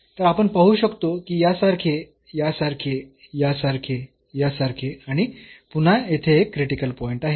तर आपण पाहू शकतो की यासारखे यासारखे यासारखे यासारखे आणि पुन्हा येथे एक क्रिटिकल पॉईंट आहे